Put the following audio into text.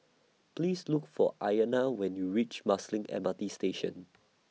Please Look For Ayanna when YOU REACH Marsiling M R T Station